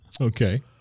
Okay